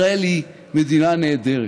ישראל היא מדינה נהדרת,